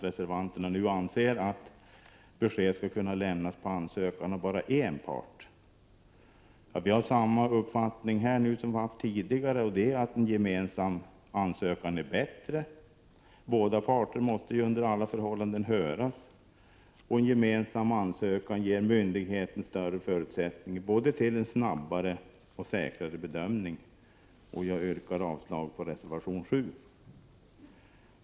Reservanterna anser emellertid att besked skall kunna lämnas efter ansökan av bara en part. Vi för vår del har samma uppfattning som tidigare, nämligen att en gemensam ansökan är bättre. Båda parter måste ju under alla förhållanden höras. En gemensam ansökan ger också myndigheten större förutsättningar till både en säkrare och en snabbare bedömning. Jag yrkar avslag på reservation 7.